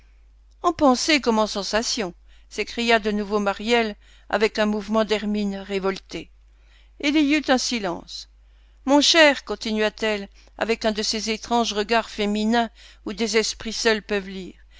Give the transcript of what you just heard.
pensée comme en sensations s'écria de nouveau maryelle avec un mouvement d'hermine révoltée il y eut un silence mon cher continua-t-elle avec un de ces étranges regards féminins où des esprits seuls peuvent lire